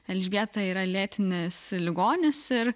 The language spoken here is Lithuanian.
elžbieta yra lėtinis ligonis ir